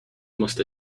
must